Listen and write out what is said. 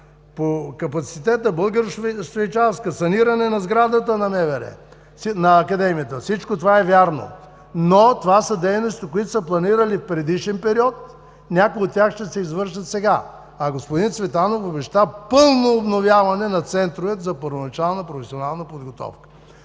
по капацитета българо-швейцарска, саниране на сградата на Академията на МВР – всичко това е вярно, но това са дейности, които са планирани в предишен период, някои от тях ще се извършат сега, а господин Цветанов обеща пълно обновяване на центровете за първоначална професионална подготовка.